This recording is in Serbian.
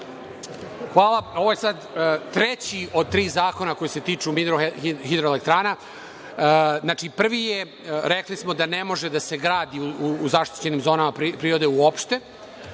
Hvala. Ove je sad treći od tri zakona koji se tiču mini hidroelektrana. Znači, prvi je, rekli smo da ne može da se gradi u zaštićenim zonama prirode uopšte.